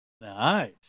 Nice